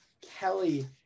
Kelly